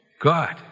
God